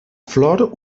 flor